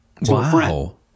Wow